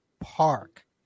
park